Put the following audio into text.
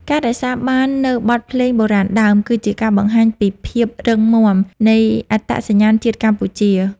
ការរក្សាបាននូវបទភ្លេងបុរាណដើម គឺជាការបង្ហាញពីភាពរឹងមាំនៃអត្តសញ្ញាណជាតិកម្ពុជា។